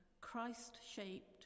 Christ-shaped